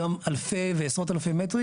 גם אלפי ועשרות אלפי מטרים,